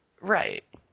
Right